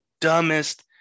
dumbest